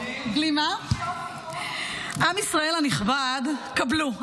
עם ישראל הנכבד, קבלו.